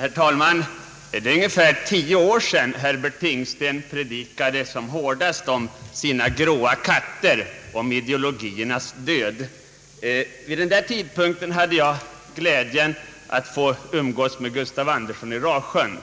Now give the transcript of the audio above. Herr talman! Det är ungefär tio år sedan Herbert Tingsten predikade som hårdast om sina gråa katter och om ideologiernas död. Vid den tidpunkten hade jag glädjen att få umgås med Gustaf Andersson i Rasjön.